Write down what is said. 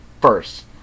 first